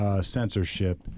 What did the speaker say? censorship